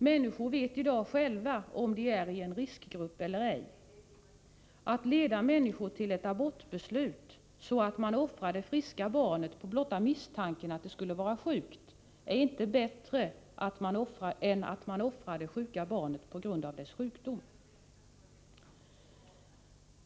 Människor vet i dag själva om de tillhör en riskgrupp eller ej. Att leda människor till ett abortbeslut, så att man offrar det friska barnet på blotta misstanken att det skulle vara sjukt, är inte bättre än att offra det sjuka barnet på grund av dess sjukdom.